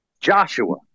Joshua